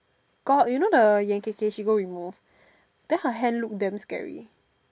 got you know the Yan Kay Kay she go remove then her hand look damn scary